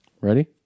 Ready